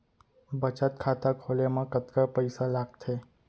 बचत खाता खोले मा कतका पइसा लागथे?